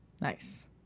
Nice